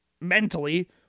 mentally